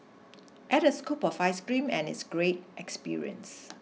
add a scoop of ice cream and it's a great experience